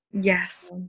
yes